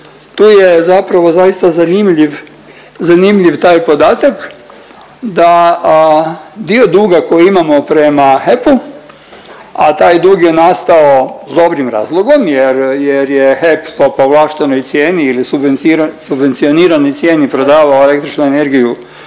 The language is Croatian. tu je zapravo zaista zanimljiv taj podatak da dio duga koji imamo prema HEP-u, a taj dug je nastao s dobrim razlogom jer je HEP po povlaštenoj cijeni ili subvencioniranoj cijeni prodavao električnu energiju